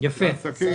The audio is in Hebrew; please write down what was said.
לעסקים,